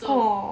so